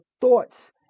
thoughts